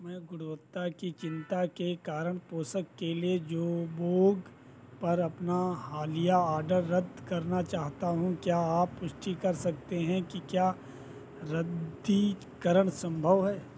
मैं गुणवत्ता की चिन्ता के कारण पोषक के लिए जबोन्ग पर अपना हालिया ऑर्डर रद्द करना चाहता हूँ क्या आप पुष्टि कर सकते हैं कि क्या रद्दीकरण सम्भव है